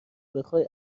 بخای